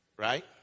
Right